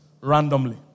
randomly